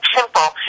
simple